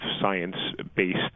science-based